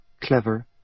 clever